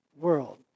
world